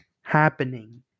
happening